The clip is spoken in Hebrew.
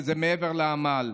מעבר לעמל,